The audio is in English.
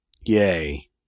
Yay